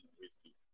Whiskey